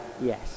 Yes